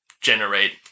generate